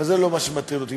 אבל זה לא מה שמטריד אותי.